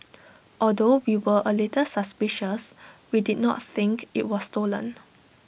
although we were A little suspicious we did not think IT was stolen